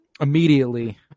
immediately